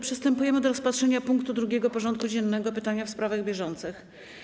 Przystępujemy do rozpatrzenia punktu 2. porządku dziennego: Pytania w sprawach bieżących.